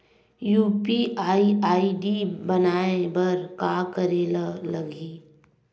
UPI ID बनाये बर का करे ल लगही?